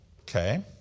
Okay